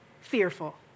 fearful